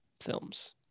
films